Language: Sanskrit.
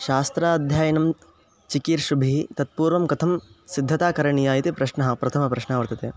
शास्त्राध्ययनं चिकीर्षुभिः तत्पूर्वं कथं सिद्धता करणीया इति प्रश्नः प्रथमः प्रश्नः वर्तते